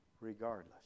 regardless